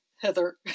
Heather